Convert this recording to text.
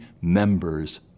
members